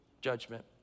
judgment